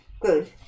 Good